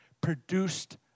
produced